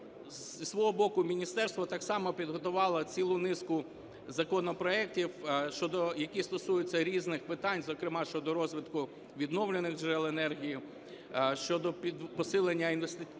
зі свого боку міністерство так само підготувало цілу низку законопроектів, які стосуються різних питань, зокрема щодо розвитку відновлювальних джерел енергії, щодо посилення інституційної